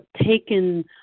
taken